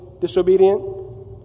disobedient